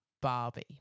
Barbie